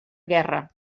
guerra